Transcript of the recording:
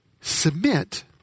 submit